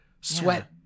sweat